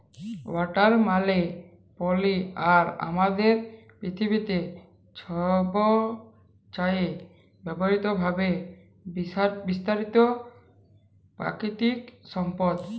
water মালে পালি আর আমাদের পিথিবীতে ছবচাঁয়ে বহুতভাবে বিস্তারিত পাকিতিক সম্পদ